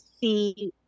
see